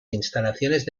instalaciones